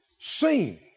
seen